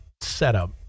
setup